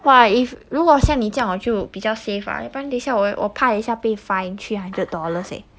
!wah! if 如果像你这样我就比较 safe ah 要不然等一下我我怕一下被 fine three hundred dollars leh